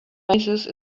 oasis